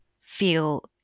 feel